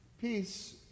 Peace